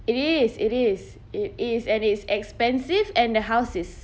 it is it is it is and it's expensive and the house is